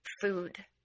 food